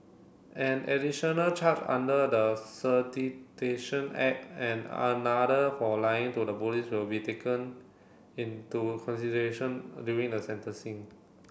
an additional charge under the Act and another for lying to the police will be taken into consideration during the sentencing